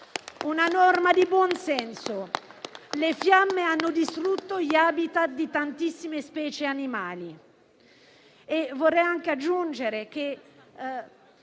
una norma di buon senso, in quanto le fiamme hanno distrutto gli *habitat* di tantissime specie animali.